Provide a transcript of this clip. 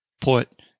put